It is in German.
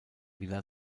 villa